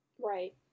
Right